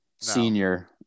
Senior